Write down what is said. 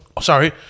sorry